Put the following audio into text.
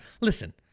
Listen